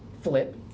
flip